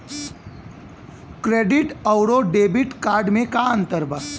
Credit अउरो debit card मे का अन्तर बा?